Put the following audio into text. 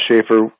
Schaefer